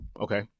Okay